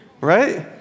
right